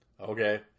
okay